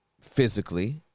Physically